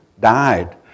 died